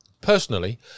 personally